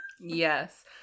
Yes